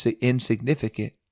insignificant